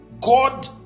God